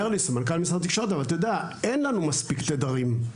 אומר לי מנכ"ל משרד התקשורת, אין לנו מספיק תדרים.